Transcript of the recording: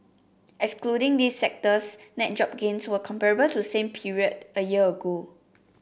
excluding these sectors net job gains were comparable to same period a year ago